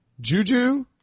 Juju